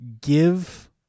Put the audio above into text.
give